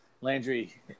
Landry